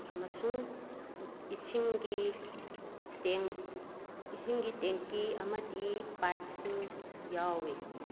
ꯑꯃꯁꯨꯡ ꯏꯁꯤꯡꯒꯤ ꯇꯦꯡ ꯏꯁꯤꯡꯒꯤ ꯇꯦꯡꯀꯤ ꯑꯃꯗꯤ ꯄꯥꯏꯞꯁꯤꯡ ꯌꯥꯎꯔꯤ